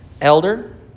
elder